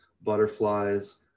butterflies